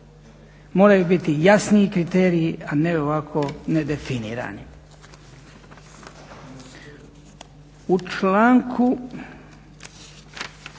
Moraju biti jasniji kriteriji a ne ovako nedefinirani. U članku